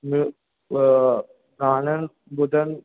ॿियों गाननि ॿुधनि